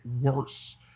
worse